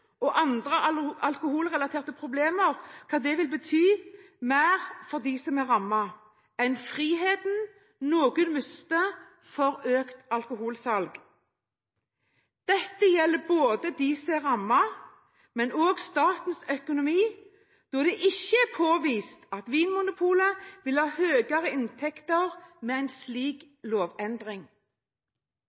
og andre alkoholrelaterte problemer vil bety mer for de som er rammet, enn friheten noen mister for alkoholsalg. Det gjelder både de som er rammet, men også for statens økonomi da det ikke er påvist at Vinmonopolet vil ha høyre inntekter av en slik lovendring.»